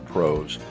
Pros